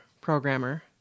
programmer